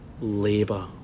labour